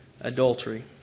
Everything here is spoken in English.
adultery